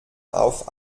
auf